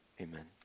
amen